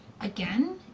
again